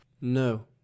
No